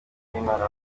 y’imana